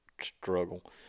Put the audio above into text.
struggle